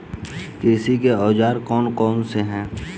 कृषि के औजार कौन कौन से हैं?